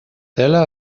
tela